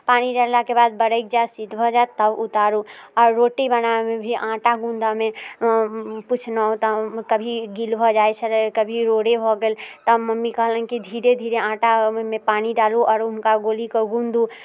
पानि डाललाके बाद बड़कि जायत सिद्ध भऽ जायत तब उतारू आओर रोटी बनाबैमे भी आटा गूँधऽमे पूछलहुँ तऽ कभी गील भऽ जाइत छलै फेर कभी रोड़े भऽ गेल तब मम्मी कहलनि कि धीरे धीरे आटा ओहिमे पानि डालू आओर हुनका गोलीके गूँथू